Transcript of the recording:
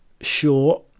sure